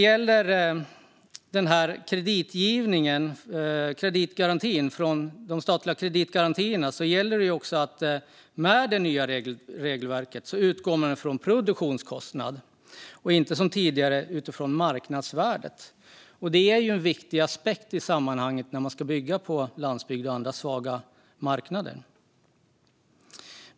Med det nya regelverket när det gäller de statliga kreditgarantierna utgår man från produktionskostnad och inte, som tidigare, från marknadsvärdet. Det är en viktig aspekt i sammanhanget när man ska bygga på landsbygd och andra svaga marknader.